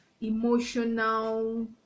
emotional